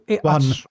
one